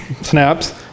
snaps